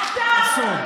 אסור.